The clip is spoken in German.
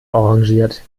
arrangiert